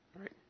right